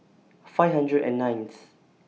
five hundred and nineth